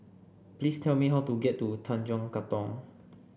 please tell me how to get to Tanjong Katong